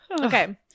okay